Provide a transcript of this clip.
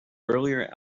earlier